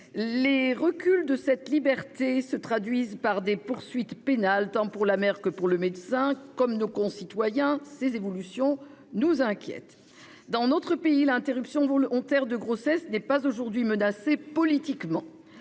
Les reculs de cette liberté se traduisent par des poursuites pénales, tant pour la mère que pour le médecin. Comme nos concitoyens, ces évolutions nous inquiètent. Dans notre pays, l'interruption volontaire de grossesse n'est pas, à l'heure actuelle, politiquement